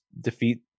defeat